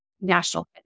national